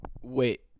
Wait